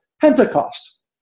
Pentecost